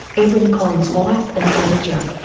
edwyn collins' wife and manager,